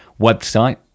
website